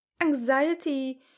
anxiety